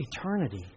eternity